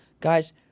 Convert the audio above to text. Guys